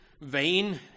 Vain